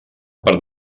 per